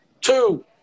Two